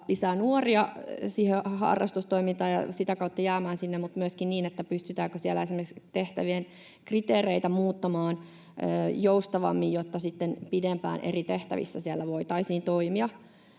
lisää nuoria siihen harrastustoimintaan ja sitä kautta jäämään sinne, mutta myöskin sitä, pystytäänkö siellä esimerkiksi tehtävien kriteereitä muuttamaan joustavammiksi, jotta sitten pidempään eri tehtävissä siellä voitaisiin toimia.